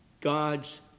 God's